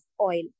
oil